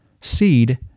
Seed